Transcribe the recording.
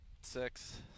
six